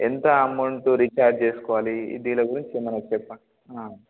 ఎంత amount recharge చేసుకోవాలి దీని గురించి ఏమైనా చెప్పండి